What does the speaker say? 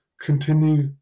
continue